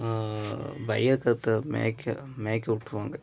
வய கத்தை மேய்க்க மேய்க்க விட்ருவாங்க